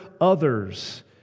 others